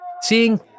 Seeing